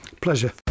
Pleasure